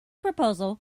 proposal